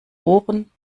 ohren